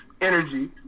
energy